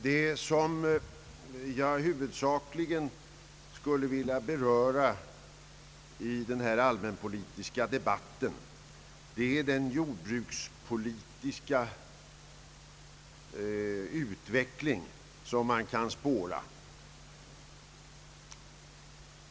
Det som jag huvudsakligen skulle vilja beröra i denna allmänpolitiska debatt är den jordbrukspolitiska utvecklingen...